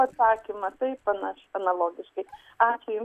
atsakymą taip panaš analogišku ačiū jum